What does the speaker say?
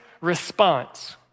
response